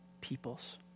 peoples